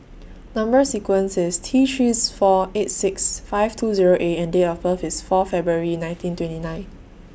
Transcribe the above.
Number sequence IS T three four eight six five two Zero A and Date of birth IS four February nineteen twenty nine